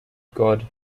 god